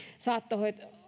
saattohoito